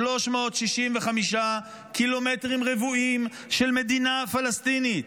365 קילומטרים רבועים של מדינה פלסטינית,